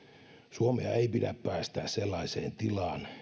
suomea ei pidä päästää sellaiseen tilaan